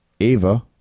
Ava